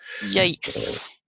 Yikes